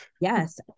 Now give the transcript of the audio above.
Yes